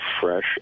fresh